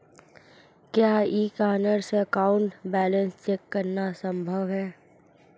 क्या e corner से account balance check करना संभव है?